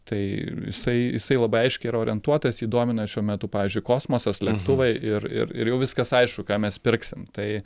tai jisai jisai labai aiškiai yra orientuotas jį domina šiuo metu pavyzdžiui kosmosas lėktuvai ir ir jau viskas aišku ką mes pirksim tai